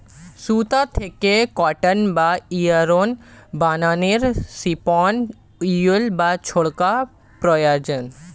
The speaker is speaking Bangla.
সুতা থেকে কটন বা ইয়ারন্ বানানোর স্পিনিং উঈল্ বা চরকা প্রয়োজন